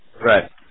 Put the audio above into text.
Right